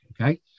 okay